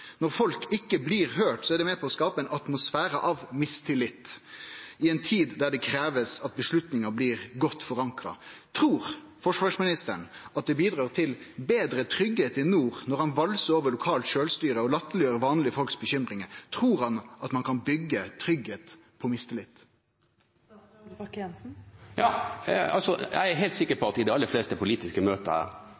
Når folk ikkje blir høyrde, er det med på å skape ein atmosfære av mistillit i ei tid da det krevst at avgjerdene blir godt forankra. Trur forsvarsministeren at det bidreg til større tryggleik i nord når han valsar over lokalt sjølvstyre og latterleggjer vanlege folks bekymringar? Trur han at tryggleik kan byggjast på mistillit? Jeg er helt sikker på at i de aller fleste politiske møter jeg er